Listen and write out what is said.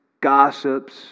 gossips